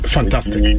Fantastic